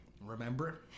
Remember